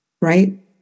right